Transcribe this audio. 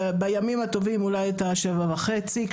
בימים הטובים אולי את השבע וחצי,